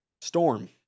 Storm